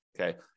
Okay